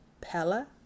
Pella